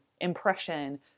impression